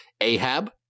Ahab